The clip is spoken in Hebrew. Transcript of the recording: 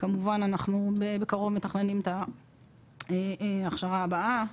כמובן שבקרוב אנחנו מתכננים את ההכשרה הבאה.